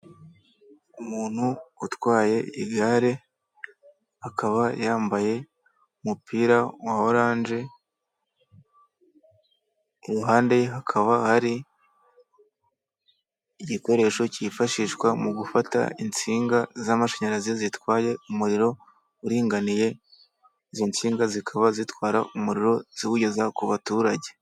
Umuntu utwaye igare akaba yambaye umupira wa oranje. Iruhande hakaba hari igikoresho cyifashishwa mu gufata insinga z’amashanyarazi zitwaye umuriro uringaniye. Izi nsinga zikaba zitwara umuriro ziwugeza ku baturage.